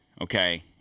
okay